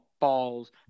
balls